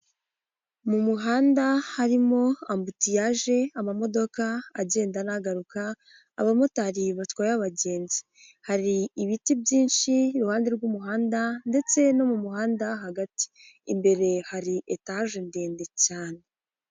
Mu muhanda harimo ambutiyaje, amamodoka agenda n'agaruka, abamotari batwaye abagenzi, hari ibiti byinshi iruhande rw'umuhanda ndetse no mu muhanda hagati, imbere hari etaje ndende cyane.